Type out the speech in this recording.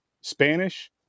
Spanish